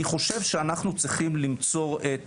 אני חושב שאנחנו צריכים למצוא,